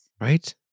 Right